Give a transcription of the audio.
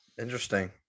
Interesting